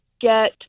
get